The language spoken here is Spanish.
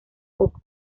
poco